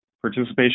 participation